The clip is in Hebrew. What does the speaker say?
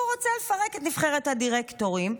הוא רוצה לפרק את נבחרת הדירקטורים,